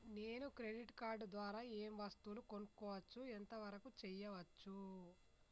నేను credit card ద్వారా ఏం వస్తువులు కొనుక్కోవచ్చు ఎంత వరకు చేయవచ్చు?